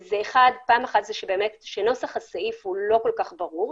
פן אחד שנוסח הסעיף לא כל כך ברור.